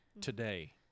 today